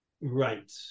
right